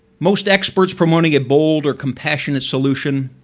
most experts promoting a bold or compassionate solution,